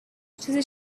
چیزی